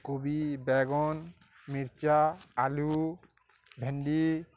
କୋବି ବେଗନ ମିର୍ଚା ଆଲୁ ଭେଣ୍ଡି